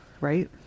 Right